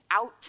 out